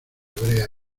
brea